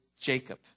Jacob